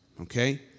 okay